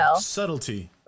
subtlety